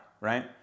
right